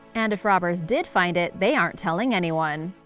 and if robbers did find it, they aren't telling anyone.